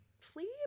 sleep